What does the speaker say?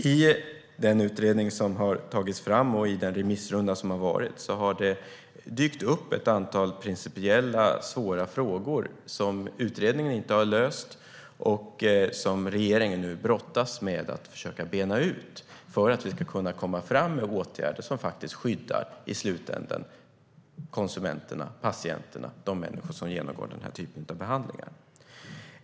I den utredning som har gjorts och i den remissrunda som har varit har det dykt upp ett antal principiella svåra frågor som utredningen inte har löst och som regeringen nu brottas med att försöka bena ut för att kunna komma med åtgärder som i slutändan skyddar konsumenterna, eller patienterna - de människor som genomgår denna typ av behandlingar.